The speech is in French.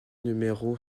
numéro